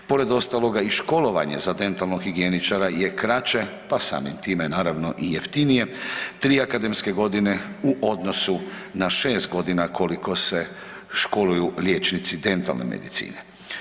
Pored ostaloga i školovanje za dentalnog higijeničara je kraće, pa samim time naravno i jeftinije, 3 akademske godine u odnosu na 6.g. koliko se školuju liječnici dentalne medicine.